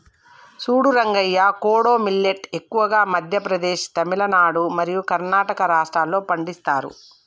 సూడు Rangayya kodo millet ఎక్కువగా మధ్య ప్రదేశ్, తమిలనాడు మరియు కర్ణాటక రాష్ట్రాల్లో పండిస్తారు